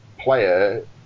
player